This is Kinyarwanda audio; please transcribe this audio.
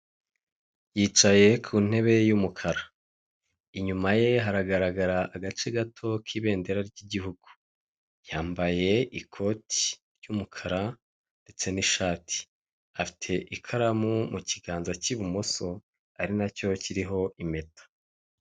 Ubu ni uburyo bwiza buri mu Rwanda kandi bumazemo igihe, buzwi nka manigaramu cyangwa wesiterini yuniyoni ubu buryo rero bumaze igihe bufasha abantu kohereza amafaranga mu mahanga cyangwa kubikuza amafaranga bohererejwe n'umuntu uri mu mahanga mu buryo bwiza kandi bwihuse, kandi bufite umutekano k'uko bimenyerewe hano mu Rwanda.